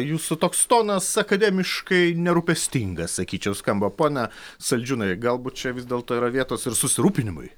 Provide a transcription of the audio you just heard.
jūsų toks tonas akademiškai nerūpestingas sakyčiau skamba pone saldžiūnai galbūt čia vis dėlto yra vietos ir susirūpinimui